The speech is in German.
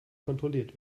kontrolliert